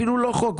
אפילו לא חוק.